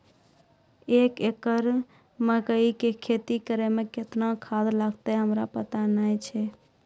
एक एकरऽ मकई के खेती करै मे केतना खाद लागतै हमरा पता नैय छै?